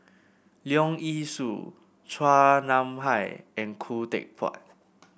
Leong Yee Soo Chua Nam Hai and Khoo Teck Puat